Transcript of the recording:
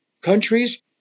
countries